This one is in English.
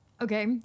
Okay